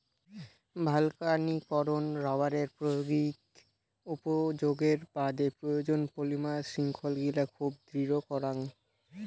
ভালকানীকরন রবারের প্রায়োগিক উপযোগের বাদে প্রয়োজন, পলিমার শৃঙ্খলগিলা খুব দৃঢ় করাং